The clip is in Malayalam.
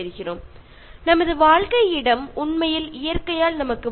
പ്രകൃതി നമുക്ക് ജീവിക്കാനുള്ള ഇടം നൽകിയിട്ടുണ്ട്